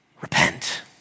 Repent